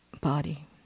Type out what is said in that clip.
body